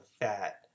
fat